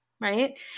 right